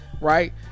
right